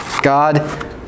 God